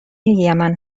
یمن